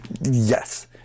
Yes